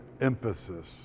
emphasis